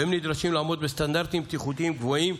והם נדרשים לעמוד בסטנדרטים בטיחותיים גבוהים,